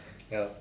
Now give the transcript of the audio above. ya